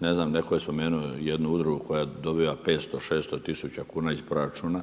netko je spomenuo jednu udrugu koja dobiva 500, 600 tisuća kuna iz proračuna,